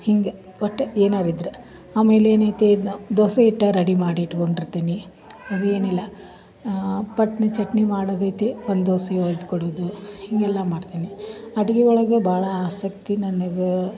ಹಿಂಗೆ ಒಟ್ಟು ಏನಾರಿದ್ರೆ ಆಮೇಲೆ ಏನೈತಿ ದೋಸ ಹಿಟ್ಟ ರೆಡಿ ಮಾಡಿಟ್ಕೊಂಡಿರ್ತೀನಿ ಅದು ಏನಿಲ್ಲ ಪಟ್ನೆ ಚಟ್ನಿ ಮಾಡದೈತಿ ಒಂದು ದೋಸೆ ಹೊಯ್ದು ಕೊಡೋದು ಹೀಗೆಲ್ಲ ಮಾಡ್ತೀನಿ ಅಡುಗೆ ಒಳಗೆ ಭಾಳ ಆಸಕ್ತಿ ನನ್ಗೆ